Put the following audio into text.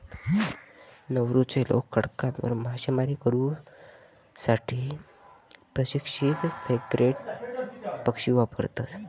नौरूचे लोक खडकांवर मासेमारी करू साठी प्रशिक्षित फ्रिगेट पक्षी वापरतत